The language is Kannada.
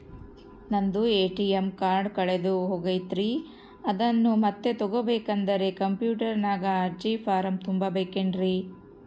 ನಂದು ಎ.ಟಿ.ಎಂ ಕಾರ್ಡ್ ಕಳೆದು ಹೋಗೈತ್ರಿ ಅದನ್ನು ಮತ್ತೆ ತಗೋಬೇಕಾದರೆ ಕಂಪ್ಯೂಟರ್ ನಾಗ ಅರ್ಜಿ ಫಾರಂ ತುಂಬಬೇಕನ್ರಿ?